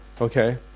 Okay